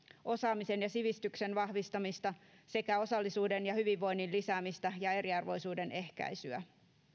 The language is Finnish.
osaamisen ja sivistyksen vahvistamista osallisuuden ja hyvinvoinnin lisäämistä sekä eriarvoisuuden ehkäisyä